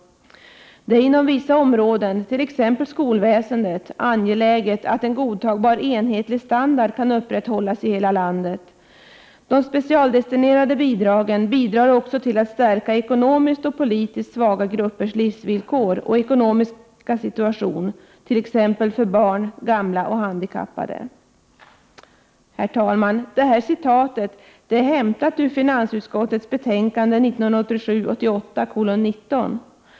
Det är inom vissa områden, t.ex. skolväsendet, angeläget att en godtagbar och enhetlig standard kan upprätthållas i hela landet. De specialdestinerade bidragen bidrar också till att stärka ekonomiskt och politiskt svaga gruppers livsvillkor och ekonomiska situation, t.ex. för barn, gamla och handikappade.” k Herr talman! Detta citat, som ingår i vår reservation, är hämtat ur finansutskottets betänkande 1987/88:19.